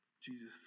Jesus